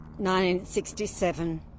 1967